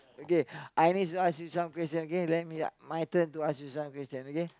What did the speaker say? okay I need to ask you some question okay let me my turn to ask you some question okay